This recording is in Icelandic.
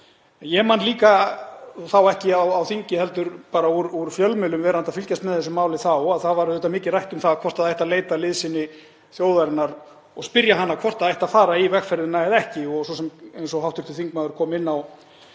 Ég man líka, þá ekki á þingi heldur bara úr fjölmiðlum verandi að fylgjast með þessu máli þá, að það var mikið rætt um það hvort það ætti að leita liðsinni þjóðarinnar og spyrja hana hvort það ætti að fara í vegferðina eða ekki og svo sem eins og hv. þingmaður kom inn á